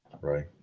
Right